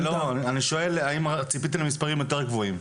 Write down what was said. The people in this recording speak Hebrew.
אני שואל האם ציפיתם למספרים יותר גבוהים?